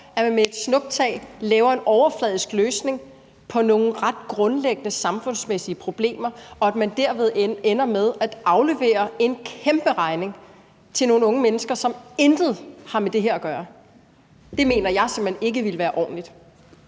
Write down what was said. at man med et snuptag og overfladisk kan lave en løsning på nogle ret grundlæggende samfundsmæssige problemer og derved ender med at aflevere en kæmperegning til nogle unge mennesker, som intet har med det her at gøre. Det mener jeg simpelt hen ikke vil være ordentligt.